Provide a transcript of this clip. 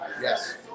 Yes